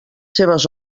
seves